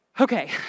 Okay